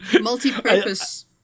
multi-purpose